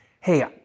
hey